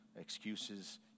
excuses